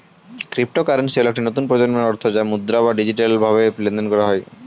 cryptocurrency হল একটি নতুন প্রজন্মের অর্থ বা মুদ্রা যা ডিজিটালভাবে লেনদেন করা হয়